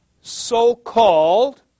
so-called